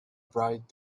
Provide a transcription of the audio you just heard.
bright